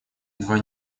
едва